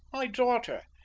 my daughter!